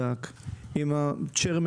אדוני השר,